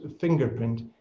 fingerprint